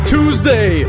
Tuesday